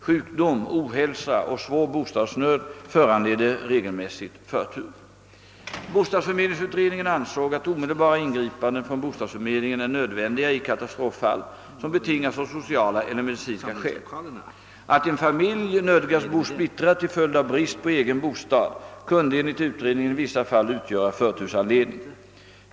Sjukdom, ohälsa och svår bostadsnöd föranledde regelmässigt förtur. Bostadsförmedlingsutredningen ansåg att omedelbara ingripanden från bostadsförmedlingen är nödvändiga i katastroffall som betingas av sociala eller medicinska skäl. Att en familj nödgas bo splittrad till följd av brist på egen bostad kunde enligt utredningen i vissa fall utgöra förtursanledning.